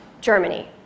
Germany